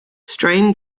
strain